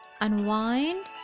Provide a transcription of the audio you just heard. unwind